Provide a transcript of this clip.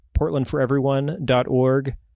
portlandforeveryone.org